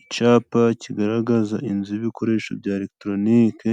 Icapa kigaragaza inzu y'ibikoresho bya lekitoronike.